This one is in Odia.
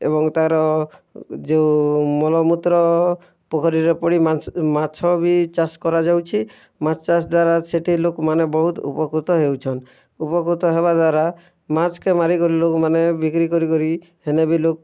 ଏବଂ ତା'ର ଯେଉଁ ମଳମୁତ୍ର ପୋଖରୀରେ ପଡ଼ି ମାଛ ବି ଚାଷ୍ କରାଯାଉଛେ ମାଛ୍ ଚାଷ୍ ଦ୍ଵାରା ସେଠି ଲୋକ୍ ମାନେ ବହୁତ୍ ଉପକୃତ ହେଉଛନ୍ ଉପକୃତ ହେବା ଦ୍ଵାରା ମାଛ୍କେ ମାରି କରି ଲୋକ୍ମାନେ ବିକ୍ରି କରି କରି ହେନେବି ଲୋକ୍